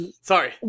Sorry